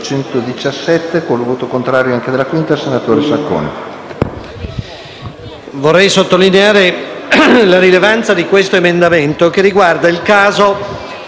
vorrei sottolineare la rilevanza di questo emendamento che riguarda il caso della controversia tra il fiduciario e il medico curante.